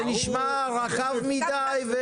זה נשמע רחב מדי.